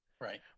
right